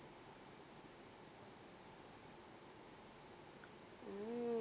mm~